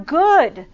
good